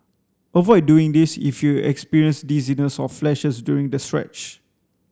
avoid doing this if you experience dizziness or flashes during the stretch